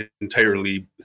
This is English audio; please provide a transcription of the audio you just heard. entirely